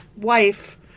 wife